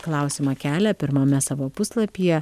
klausimą kelia pirmame savo puslapyje